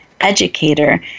educator